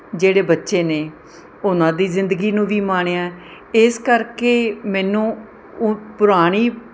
ਜਿਹੜੇ ਬੱਚੇ ਨੇ ਉਹਨਾਂ ਦੀ ਜ਼ਿੰਦਗੀ ਨੂੰ ਵੀ ਮਾਣਿਆ ਇਸ ਕਰਕੇ ਮੈਨੂੰ ਉਹ ਪੁਰਾਣੀ